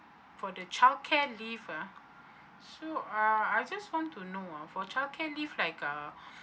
for the childcare leave ah so ah I just want to know ah for childcare leave like uh